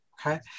Okay